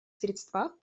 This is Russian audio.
средствах